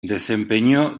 desempeñó